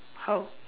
how